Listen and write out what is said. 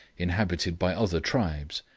inhabited by other tribes,